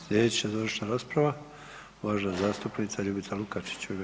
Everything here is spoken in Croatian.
Slijedeća završna rasprava uvažena zastupnica Ljubica Lukačić u ime